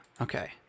Okay